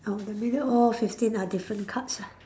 oh that mean all fifteen are different cards ah